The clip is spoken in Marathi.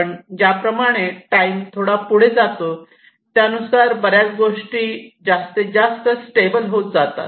पण ज्याप्रमाणे टाईम थोडे पुढे जातो त्यानुसार बऱ्याच गोष्टी जास्तीत जास्त स्टेबल होत जातात